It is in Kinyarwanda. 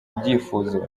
ibyifuzo